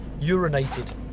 urinated